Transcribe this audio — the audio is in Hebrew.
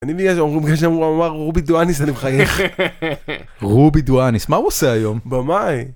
אני בגלל שהוא אמר רובי דואניס אני מחייך. רובי דואניס מה הוא עושה היום? - במאי